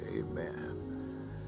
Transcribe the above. Amen